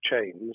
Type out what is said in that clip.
chains